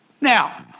Now